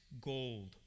gold